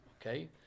okay